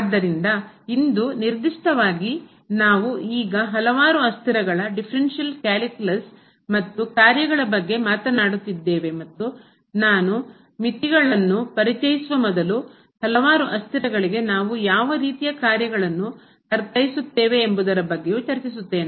ಆದ್ದರಿಂದ ಇಂದು ನಿರ್ದಿಷ್ಟವಾಗಿ ನಾವು ಈಗ ಹಲವಾರು ಅಸ್ಥಿರಗಳ ಡಿಫರೆನ್ಷಿಯಲ್ ಕ್ಯಾಲ್ಕುಲಸ್ ಮತ್ತು ಕಾರ್ಯಗಳ ಬಗ್ಗೆ ಮಾತನಾಡುತ್ತಿದ್ದೇವೆ ಮತ್ತು ನಾನು ಮಿತಿಗಳನ್ನು ಪರಿಚಯಿಸುವ ಮೊದಲು ಹಲವಾರು ಅಸ್ಥಿರಗಳಿಗೆ ನಾವು ಯಾವ ರೀತಿಯ ಕಾರ್ಯಗಳನ್ನು ಅರ್ಥೈಸುತ್ತೇವೆ ಎಂಬುದರ ಬಗ್ಗೆಯೂ ಚರ್ಚಿಸುತ್ತೇನೆ